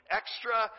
extra